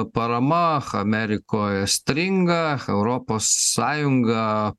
parama amerikoje stringa europos sąjunga